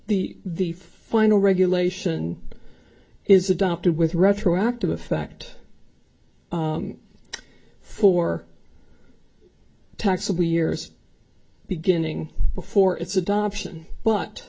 the the final regulation is adopted with retroactive a fact for taxable years beginning before its adoption but